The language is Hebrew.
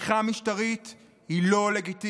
הפכה משטרית היא לא לגיטימית.